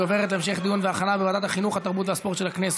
והיא עוברת להמשך דיון והכנה בוועדת החינוך התרבות והספורט של הכנסת.